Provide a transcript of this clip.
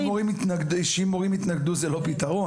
אורית, זה לא אומר שאם מורים התנגדו זה לא הפתרון.